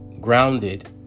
grounded